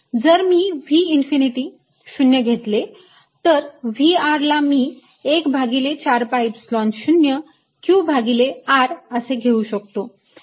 जर मी V infinity 0 घेतले तर V ला मी 1 भागिले 4 pi epsilon 0 q भागिले r असे घेऊ शकतो